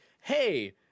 hey